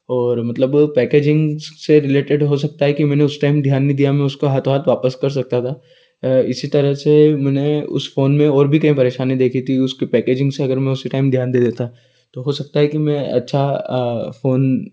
और मतलब पैकेजिंग से रिलेटेड हो सकता है कि मैंने उस टाइम ध्यान नहीं दिया मैं उसको हाथों हाथ वापस कर सकता था इसी तरह से मैंने उस फोन में और भी कई परेशानी देखी थी उसके पैकेजिंग से अगर मैं उसी टाइम ध्यान दे देता तो हो सकता है कि मैं अच्छा फोन